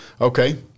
okay